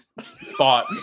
thought